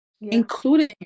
including